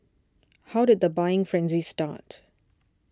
how did the buying frenzy start